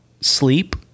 Sleep